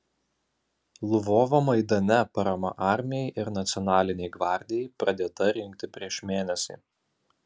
lvovo maidane parama armijai ir nacionalinei gvardijai pradėta rinkti prieš mėnesį